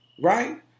Right